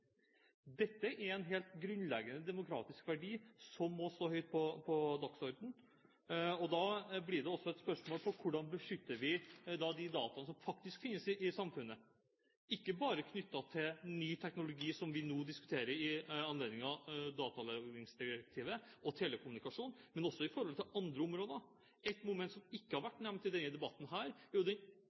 Dette er en helt grunnleggende demokratisk verdi som må stå høyt på dagsordenen. Da blir det også et spørsmål om hvordan vi da beskytter de dataene som faktisk finnes i samfunnet, ikke bare knyttet til ny teknologi, som vi nå diskuterer i anledning datalagringsdirektivet og telekommunikasjon, men også i forhold til andre områder. Et moment som ikke har vært nevnt i denne debatten, er den